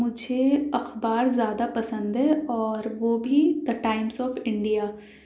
مجھے اخبار زیادہ پسند ہے اور وہ بھی دا ٹائمس آف انڈیا